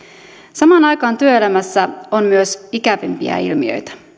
samaan aikaan työelämässä on myös ikävämpiä ilmiöitä